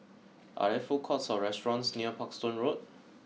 are there food courts or restaurants near Parkstone Road